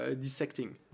dissecting